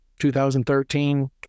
2013